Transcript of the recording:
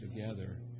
together